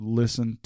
listen